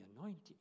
anointing